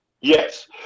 Yes